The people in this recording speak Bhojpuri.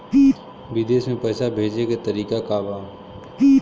विदेश में पैसा भेजे के तरीका का बा?